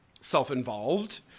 self-involved